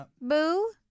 Boo